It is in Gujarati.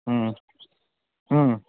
હં હં